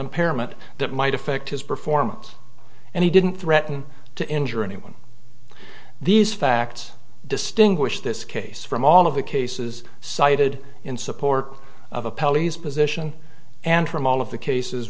impairment that might affect his performance and he didn't threaten to injure anyone these facts distinguish this case from all of the cases cited in support of a pelleas position and from all of the cases